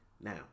Now